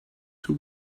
two